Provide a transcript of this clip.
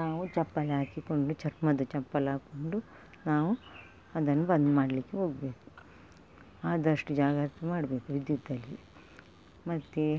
ನಾವು ಚಪ್ಪಲಿ ಹಾಕಿಕೊಂಡು ಚರ್ಮದ ಚಪ್ಪಲಿ ಹಾಕ್ಕೊಂಡು ನಾವು ಅದನ್ನು ಬಂದ್ ಮಾಡಲಿಕ್ಕೆ ಹೋಗ್ಬೇಕು ಆದಷ್ಟು ಜಾಗ್ರತೆ ಮಾಡಬೇಕು ವಿದ್ಯುತ್ತಲ್ಲಿ ಮತ್ತೆ